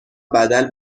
بدل